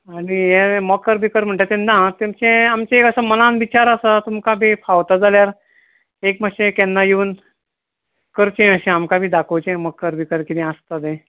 आनी हें मकर बीकर म्हणटात तें ना तेमचें आमचें हें एक मनान विचार आसा तुमकां बी फावता जाल्यार एक मातशें केन्नाय येवन करचें आमकां बी दाखोवचें मकर बीकर कितें आसता तें